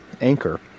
Anchor